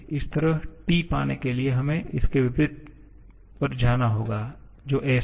इसी तरह T पाने के लिए हमें इसके विपरीत पर जाना होगा जो s है